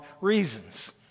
reasons